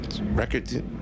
record